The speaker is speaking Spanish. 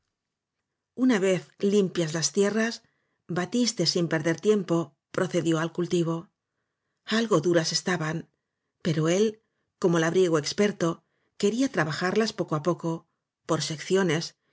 una vez limpias las tierras batiste sin perder tiempo procedió al cultivo algo duras estaban pero él como labriego experto quería trabajarlas poco á poco por secciones